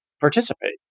participate